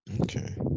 okay